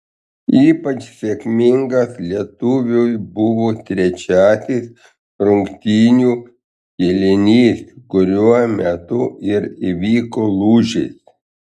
ypač sėkmingas lietuviui buvo trečiasis rungtynių kėlinys kuriuo metu ir įvyko lūžis